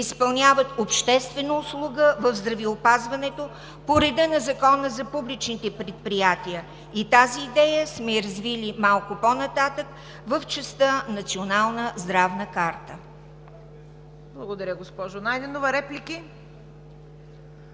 изпълняват обществена услуга в здравеопазването по реда на Закона за публичните предприятия. Тази идея сме я развили малко по-нататък в частта „Национална здравна карта“. ПРЕДСЕДАТЕЛ ЦВЕТА КАРАЯНЧЕВА: Благодаря, госпожо Найденова. Реплики?